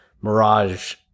Mirage